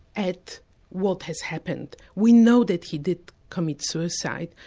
at what has happened. we know that he did commit suicide,